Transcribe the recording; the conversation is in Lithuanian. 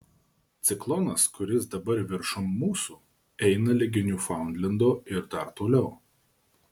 ciklonas kuris dabar viršum mūsų eina ligi niūfaundlendo ir dar toliau